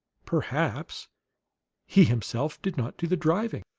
perhaps he himself did not do the driving.